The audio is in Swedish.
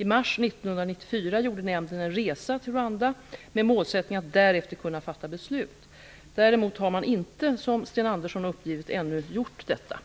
I mars 1994 gjorde nämnden en resa i Rwanda med målsättning att därefter kunna fatta beslut. Däremot har man inte, som Sten Andersson har uppgivit, ännu gjort detta.